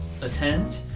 attend